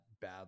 bad